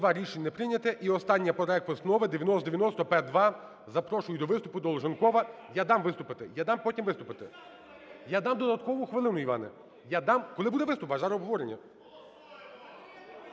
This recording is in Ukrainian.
Рішення не прийнято. І останній проект Постанови 9090-П2. Запрошую до виступу Долженкова. Я дам виступити, я дам потім виступити, я дам додаткову хвилину, Іване. Я дам, коли буде виступ, а зараз обговорення.